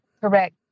correct